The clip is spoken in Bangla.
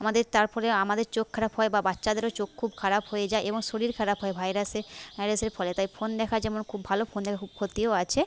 আমাদের তার ফলে আমাদের চোখ খারাপ হয় বা বাচ্চাদেরও চোখ খুব খারাপ হয়ে যায় এবং শরীর খারাপ হয় ভাইরাসের ভাইরাসের ফলে তাই ফোন দেখা যেমন খুব ভালো ফোন দেখার খুব ক্ষতিও আছে